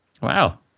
Wow